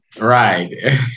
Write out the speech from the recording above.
Right